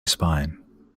spine